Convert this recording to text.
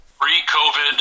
Pre-COVID